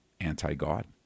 anti-God